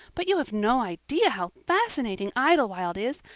but you have no idea how fascinating idlewild is.